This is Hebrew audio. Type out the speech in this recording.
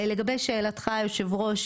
לגבי שאלתך היושב ראש,